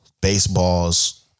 Baseball's